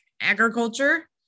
Agriculture